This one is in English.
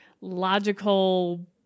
logical